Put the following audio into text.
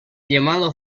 llamado